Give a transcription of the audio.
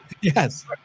Yes